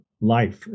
life